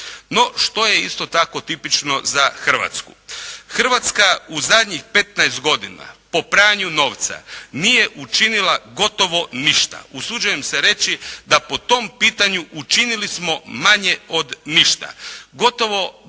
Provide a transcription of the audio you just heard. No što je isto tako tipično za Hrvatsku? Hrvatska u zadnjih 15 godina po pranju novca nije učinila gotovo ništa, usuđujem se reći da po tom pitanju učinili smo manje od ništa. Gotovo da